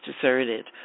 deserted